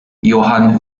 johann